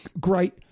great